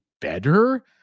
better